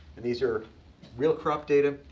and these are real crop data,